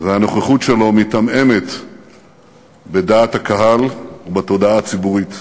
והנוכחות שלו מתעמעמת בדעת הקהל ובתודעה הציבורית.